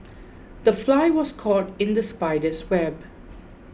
the fly was caught in the spider's web